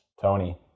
Tony